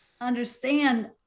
understand